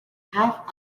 half